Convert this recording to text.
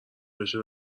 بشه